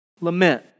Lament